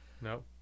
No